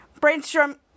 Brainstorm